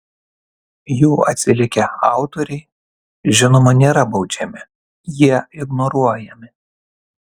jų atsilikę autoriai žinoma nėra baudžiami jie ignoruojami